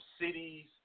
cities